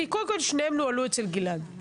כי קודם כל שניהם נוהלו אצל גלעד.